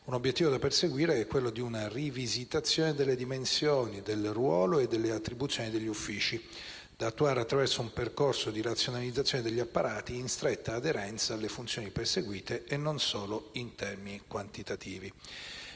un obiettivo da perseguire è quello di una rivisitazione delle dimensioni, del ruolo e delle attribuzioni degli uffici, da attuare attraverso un percorso di razionalizzazione degli apparati in stretta aderenza alle funzioni perseguite e non solo in termini quantitativi».